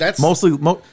mostly